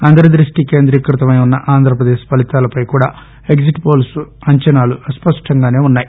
అందరి దృష్టి కేంద్రీకృతమై ఉన్స ఆంధ్రప్రదేశ్ ఫలితాలపై కూడా ఎగ్జిట్ పోల్ప్ అంచనాలు అస్పష్టంగానే ఉన్నాయి